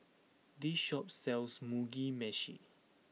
this shop sells Mugi Meshi